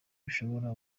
bashobora